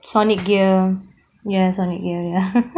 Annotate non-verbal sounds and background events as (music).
Sonic ear ya Sonic ear (laughs)